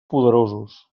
poderosos